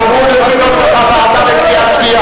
נא להצביע, מי בעד?